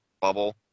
bubble